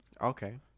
Okay